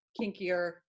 kinkier